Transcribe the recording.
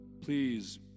Please